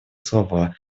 слова